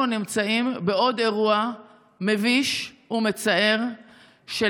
אנחנו נמצאים בעוד אירוע מביש ומצער של